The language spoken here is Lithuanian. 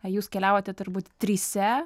jūs keliavote turbūt trise